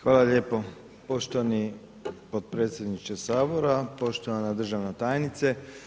Hvala lijepo poštovani podpredsjedniče Sabora, poštovana državna tajnice.